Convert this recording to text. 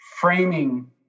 framing